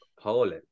Poland